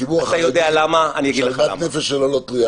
הציבור החרדי, שלוות הנפש שלו לא תלויה בזה.